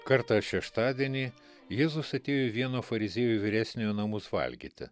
kartą šeštadienį jėzus atėjo į vieno fariziejų vyresniojo namus valgyti